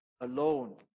alone